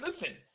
listen